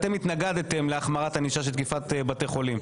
אתם התנגדתם להחמרת ענישה של תקיפה בבתי חולים,